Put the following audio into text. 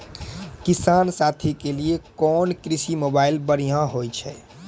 किसान साथी के लिए कोन कृषि मोबाइल बढ़िया होय छै?